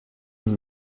vous